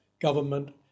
government